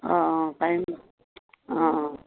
অঁ অঁ পাৰিম অঁ অঁ